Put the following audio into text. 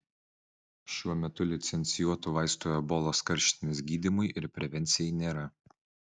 šiuo metu licencijuotų vaistų ebolos karštinės gydymui ir prevencijai nėra